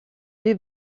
deux